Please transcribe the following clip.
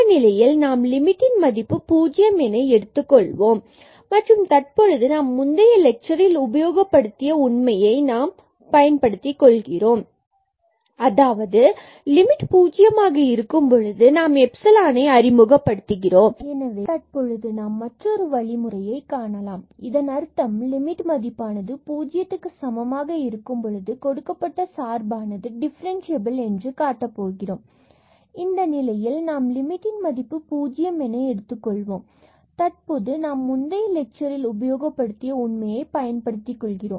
இந்த நிலையில் தற்பொழுது நாம் லிமிட் ன் மதிப்பு பூஜ்யம் என எடுத்துக் கொள்வோம் மற்றும் தற்பொழுது நாம் முந்தைய லெட்சர் ல் உபயோகப்படுத்திய உண்மையைப் பயன்படுத்திக் கொள்கிறோம்